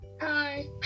Hi